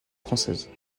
française